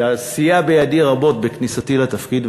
שסייע בידי רבות בכניסתי לתפקיד,